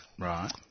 Right